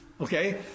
Okay